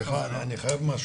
סליחה, אני חייב משהו.